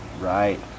Right